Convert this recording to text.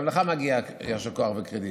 גם לך מגיע יישר כוח וקרדיט.